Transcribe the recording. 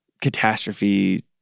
catastrophe